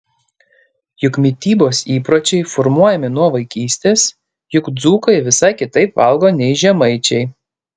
juk mitybos įpročiai formuojami nuo vaikystės juk dzūkai visai kitaip valgo nei žemaičiai